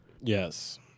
Yes